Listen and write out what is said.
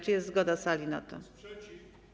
Czy jest zgoda sali na to?